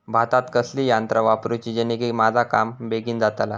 भातात कसली यांत्रा वापरुची जेनेकी माझा काम बेगीन जातला?